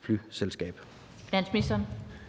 flyselskab?